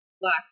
black